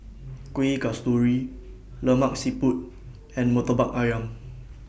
Kuih Kasturi Lemak Siput and Murtabak Ayam